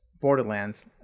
borderlands